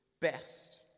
best